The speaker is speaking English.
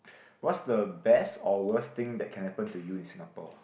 what's the best or worst thing that can happen to you in Singapore